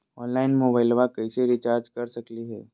Online मोबाइलबा कैसे recharge कर सकलिए है?